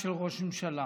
ממשלה.